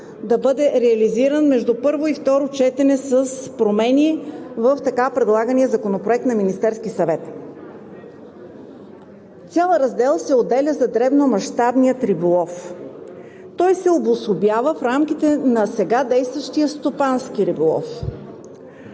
да бъде реализиран между първо и второ четене с промени в така предлагания законопроект на Министерския съвет. Цял раздел се отделя за дребномащабния риболов. Той се обособява в рамките на сега действащия стопански риболов.